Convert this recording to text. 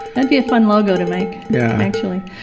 and be a fun logo to make yeah actually.